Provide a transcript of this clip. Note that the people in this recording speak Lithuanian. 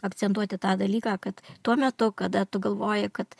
akcentuoti tą dalyką kad tuo metu kada tu galvoji kad